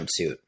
jumpsuit